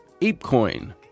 ApeCoin